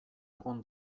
egon